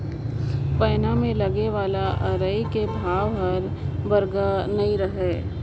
पैना मे लगे वाला अरई कर भाव हर बगरा नी रहें